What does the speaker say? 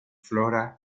flora